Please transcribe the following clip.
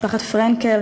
משפחת פרנקל,